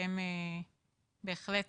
אתם בהחלט